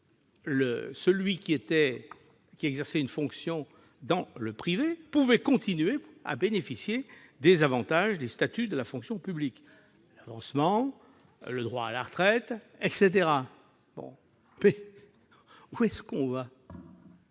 personne exerçant une fonction dans le privé pouvait continuer à bénéficier des avantages du statut de la fonction publique : l'avancement, le droit à la retraite, etc. Mais où va-t-on ?